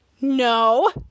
No